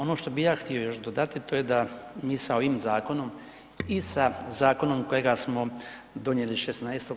Ono što bih ja htio još dodati to je da mi sa ovim zakonom i sa zakonom kojega smo donijeli 16.